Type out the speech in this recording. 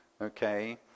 Okay